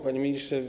Panie Ministrze!